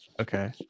Okay